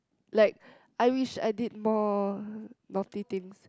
like I wished I did more naughty things